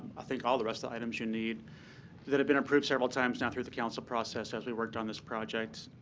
i think, all the rest of the items you need that have been approved several times now through the council process as we worked on this project.